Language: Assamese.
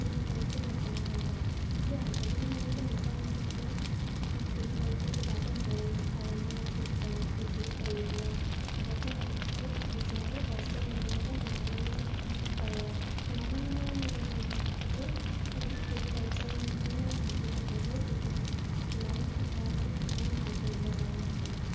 কৃষি কাৰ্য নকৰা হৈ যায় কিন্তু আগৰ দিনৰ মানুহবোৰ এনেকুৱা নাছিল যে কৃষি কাৰ্য কিবা এটা হ'ল কাৰণেই কি কৃষি এৰি দিয়া আগৰ দিনৰ মানুহবোৰে যিমানেই কষ্ট হ'লেও মানে সিমানেই কৰে সিমানে মানেই সেইটো কৃষি কাৰ্যৰ লগত মানে লাগি থাকে যে কৃ কিমান কেতিয়া মানে কিমান ভাল কৰিব পাৰে সিহঁতি